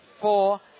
four